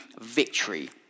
victory